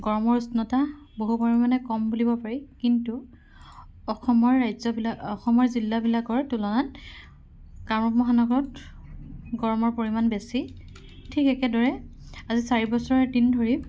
গৰমৰ উষ্ণতা বহু পৰিমাণে কম বুলিব পাৰি কিন্তু অসমৰ ৰাজ্যবিলাকৰ অসমৰ জিলাবিলাকৰ তুলনাত কামৰূপ মহানগৰত গৰমৰ পৰিমাণ বেছি ঠিক একেদৰে আজি চাৰি বছৰ দিন ধৰি